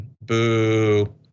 Boo